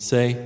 Say